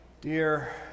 Dear